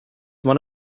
one